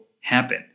happen